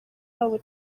babo